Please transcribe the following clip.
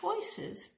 choices